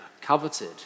coveted